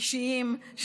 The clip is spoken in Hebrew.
אישיים,